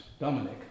Dominic